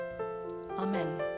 Amen